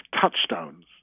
touchstones